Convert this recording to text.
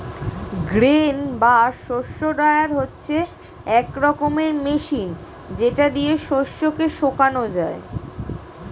grain বা শস্য dryer হচ্ছে এক রকমের মেশিন যেটা দিয়ে শস্য কে শোকানো যায়